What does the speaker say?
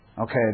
Okay